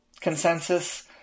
consensus